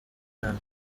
nama